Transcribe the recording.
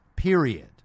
period